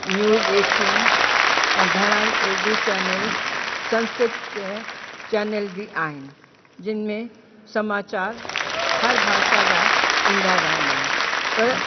news एटिन ऐं घणेई उर्दू चैनल संस्कृत चैनल बि आहिनि जिनि में समाचारु हर भाषा जा ईंदा रहंदा आहिनि पर